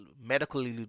medical